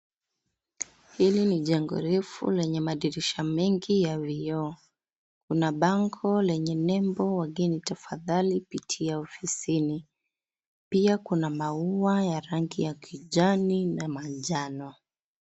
Hili ni jengo refu lenye madirisha mengi ya vioo. Kuna bango lenye nembo, wageni tafadhali pitia ofisini. Pia kuna maua ya rangi ya kijani na manjano.